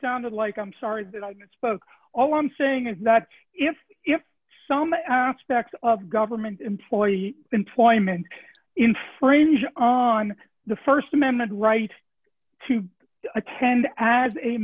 sounded like i'm sorry but i misspoke all i'm saying is that if if some aspect of government employee employment infringe on the st amendment right to attend as a